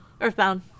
Earthbound